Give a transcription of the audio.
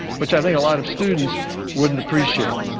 which i think a lot of students wouldn't appreciate.